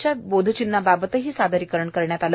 च्या बोधचिन्हाबाबत सादरीकरण करण्यात आले